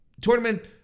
Tournament